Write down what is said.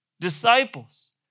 disciples